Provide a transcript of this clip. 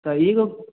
तऽ ई जे